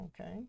Okay